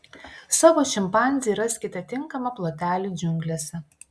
savo šimpanzei raskite tinkamą plotelį džiunglėse